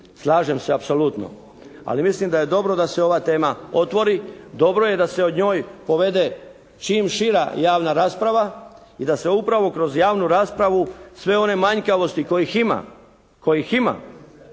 Slažem se apsolutno. Ali mislim da je dobro da se ova tema otvori. Dobro je da se o njoj povede čim šira javna rasprava i da se upravo kroz javnu raspravu sve one manjkavosti kojih ima, kojih ima